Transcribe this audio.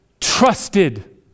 trusted